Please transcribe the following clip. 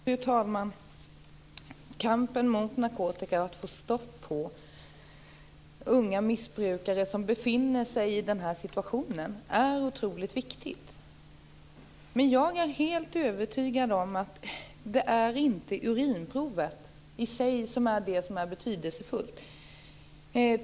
Fru talman! Kampen mot narkotika, och att få stopp på unga missbrukare som befinner sig i den här situationen, är otroligt viktig. Men jag är helt övertygad om att det inte är urinprovet i sig som är betydelsefullt.